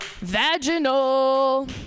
Vaginal